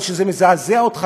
או שזה מזעזע אותך,